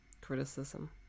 criticism